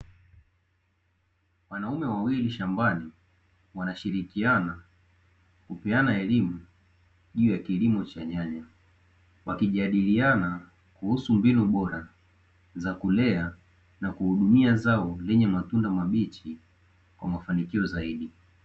Wanaume wawili shambani wanashirikiana kupeana elimu juu ya kilimo cha nyanya, wakijadiliana kuhusu mbinu bora za kulea na kuhudumia zao lenye matunda mabichi kwa mafanikio zaidi.